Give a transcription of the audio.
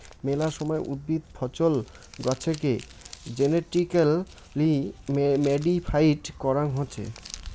মেলা সময় উদ্ভিদ, ফছল, গাছেকে জেনেটিক্যালি মডিফাইড করাং হসে